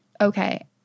okay